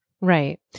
Right